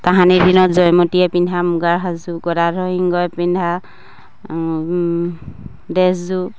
তাহানিৰ দিনত জয়মতীয়ে পিন্ধা মুগাৰ সাজযোৰ গদাধৰ সিংহই পিন্ধা ড্ৰেছযোৰ